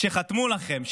שחתמו לכם,